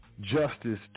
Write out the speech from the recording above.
justice